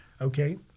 okay